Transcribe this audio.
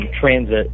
transit